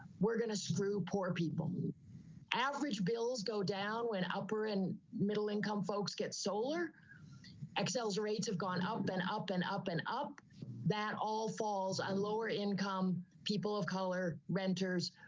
were going to screw poor people average bills go down when upper and middle income folks get solar excels rates have gone up and up and up and up that all falls on lower income people of color renters,